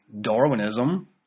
Darwinism